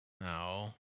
No